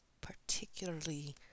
Particularly